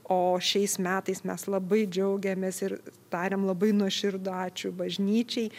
o šiais metais mes labai džiaugiamės ir tariam labai nuoširdų ačiū bažnyčiai